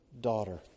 daughter